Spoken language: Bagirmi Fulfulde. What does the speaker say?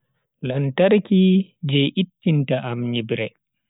Lantarki je ittinta am nyibre.